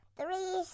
three